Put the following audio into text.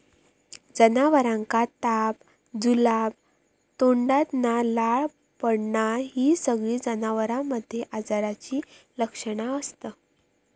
जनावरांका ताप, जुलाब, तोंडातना लाळ पडना हि सगळी जनावरांमध्ये आजाराची लक्षणा असत